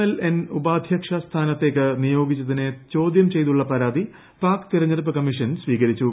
L N ഉപാധ്യക്ഷ സ്ഥാനത്തേയ്ക്ക് നിയോഗിച്ചതിനെ ചോദ്യം ചെയ്തുള്ള പരാതി പാക് തെരഞ്ഞെടുപ്പ് കമ്മീഷൻ സ്വീകരിച്ചു